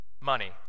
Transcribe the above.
money